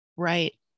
right